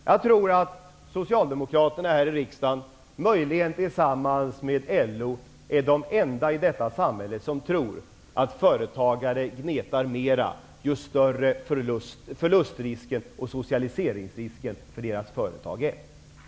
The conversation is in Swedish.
Jag tror att Socialdemokraterna här i rikdagen, möjligen tillsammans med LO, är de enda i detta samhälle som tror att företagare gnetar mer ju större förlustrisken och socialiseringsrisken för deras företag är.